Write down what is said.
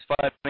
five